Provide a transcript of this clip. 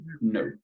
No